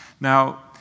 Now